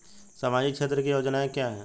सामाजिक क्षेत्र की योजनाएं क्या हैं?